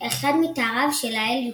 אחד מתאריו של האל יופיטר.